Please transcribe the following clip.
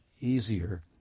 easier